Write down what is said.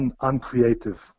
uncreative